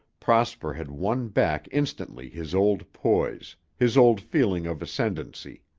prosper had won back instantly his old poise, his old feeling of ascendancy.